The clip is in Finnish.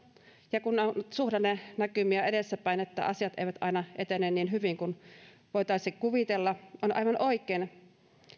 ja kun on edessäpäin suhdannenäkymiä että asiat eivät aina etene niin hyvin kuin voitaisiin kuvitella on aivan oikein